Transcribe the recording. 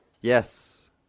Yes